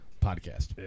Podcast